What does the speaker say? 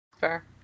fair